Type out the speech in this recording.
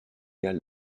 gall